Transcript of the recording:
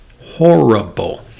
Horrible